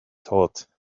thought